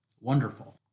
Wonderful